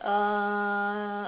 uh